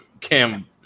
Cam